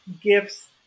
gifts